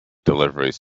deliveries